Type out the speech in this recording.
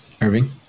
Irving